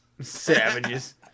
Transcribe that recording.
Savages